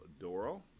Doro